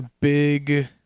big